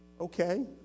Okay